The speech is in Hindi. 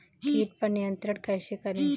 कीट पर नियंत्रण कैसे करें?